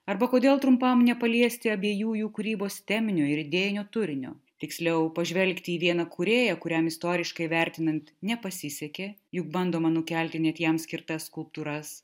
arba kodėl trumpam nepaliesti abiejų jų kūrybos teminio ir idėjinio turinio tiksliau pažvelgti į vieną kūrėją kuriam istoriškai vertinant nepasisekė juk bandoma nukelti net jam skirtas skulptūras